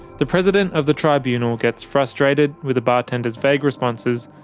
the president of the tribunal gets frustrated with the bartender's vague responses,